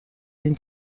این